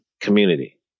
community